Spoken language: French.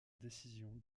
décision